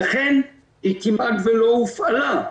ולכן היא כמעט לא הופעלה.